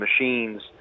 machines –